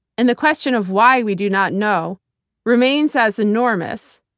and the question of why we do not know remains as enormous,